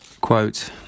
Quote